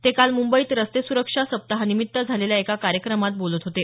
ते काल मुंबईत रस्ते सुरक्षा सप्ताहानिमित्त झालेल्या एका कार्यक्रमात बोलत होते